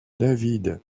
david